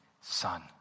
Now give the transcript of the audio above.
son